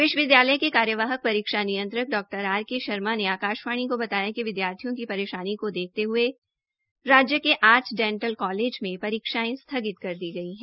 विश्वविद्यालय के कार्यवाहन परीक्षा नियंत्रक डॉ आर के शर्मा ने आकाशवाणी को बताया कि राज्य विद्यार्थियों की परेशानी को देखते हुये राज्य के आठ डेंटल कॉलेज में परीक्षायें स्थगित की गई है